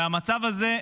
המצב הזה,